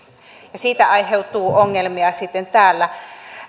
ja siitä aiheutuu ongelmia sitten täällä